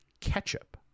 ketchup